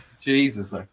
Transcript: Jesus